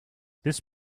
this